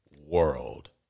world